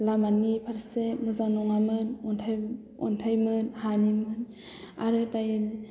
लामानि फारसे मोजां नङामोन अन्थायमोन हानिमोन आरो दायो